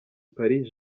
paris